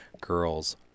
girls